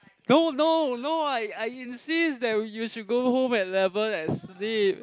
no no no I I insist that you should go home at eleven and sleep